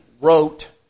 wrote